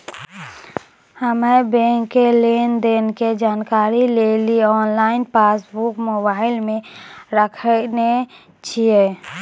हम्मे बैंको के लेन देन के जानकारी लेली आनलाइन पासबुक मोबाइले मे राखने छिए